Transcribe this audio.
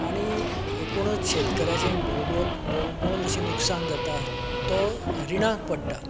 आनी एकूणच शेतकऱ्याचे भोंव भोंवन भोंवमोल अशें लुकसाण जाता तो रिणाक पडटा